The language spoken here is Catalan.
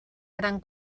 gran